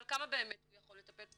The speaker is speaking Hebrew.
אבל כמה באמת הוא יכול לטפל?